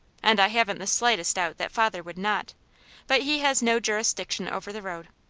and i haven't the slightest doubt that father would not but he has no jurisdiction over the road.